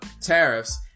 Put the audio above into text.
tariffs